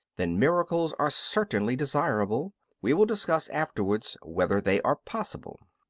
then miracles are certainly desirable we will discuss afterwards whether they are possible.